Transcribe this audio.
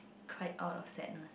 cried out of sadness